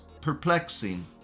perplexing